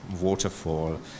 waterfall